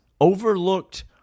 Overlooked